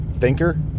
thinker